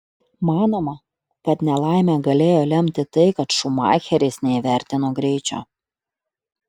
manoma kad nelaimę galėjo lemti tai kad šumacheris neįvertino greičio